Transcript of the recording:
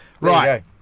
Right